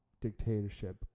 dictatorship